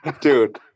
Dude